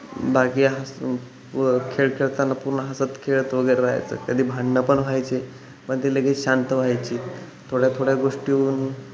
बाकी हस व खेळ खेळताना पूर्ण हसत खेळत वगैरे राहायचं कधी भांडणं पण व्हायचे पण ते लगेच शांत व्हायची थोड्या थोड्या गोष्टी होऊन